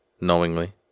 knowingly